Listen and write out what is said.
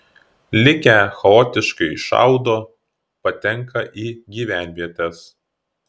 likę chaotiškai šaudo patenka į gyvenvietes